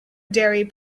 diary